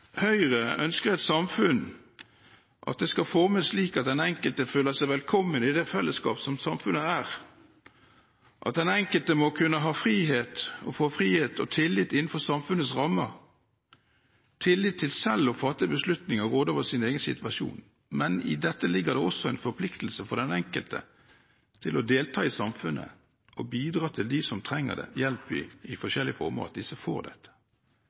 Høyre ønsker et samfunn formet slik at den enkelte føler seg velkommen i det fellesskapet som samfunnet er, og at den enkelte må kunne få frihet og tillit innenfor samfunnets rammer, tillit til selv å fatte beslutninger, råde over sin egen situasjon. Men i dette ligger det også en forpliktelse for den enkelte til å delta i samfunnet og bidra til at de som trenger hjelp i forskjellige former, får det. Det er da vi får